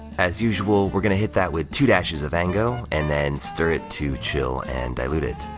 as usual, we're gonna hit that with two dashes of ango, and then stir it to chill and dilute it.